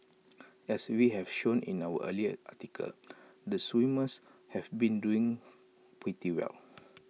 as we have shown in our earlier article the swimmers have been doing pretty well